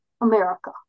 America